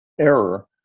error